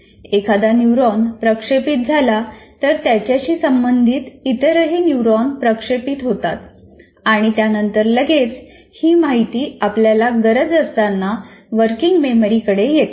एखादा न्यूरॉन प्रक्षेपित झाला तर त्याच्याशी संबंधित इतरही न्यूरॉन्स प्रक्षेपित होतात आणि त्यानंतर लगेच ही माहिती आपल्याला गरज असताना वर्किंग मेमरी कडे येते